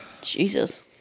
Jesus